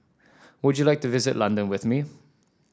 would you like to visit London with me